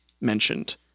mentioned